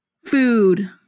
food